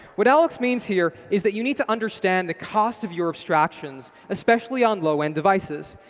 what alex means here is that you need to understand the cost of your abstractions, especially on low end devices.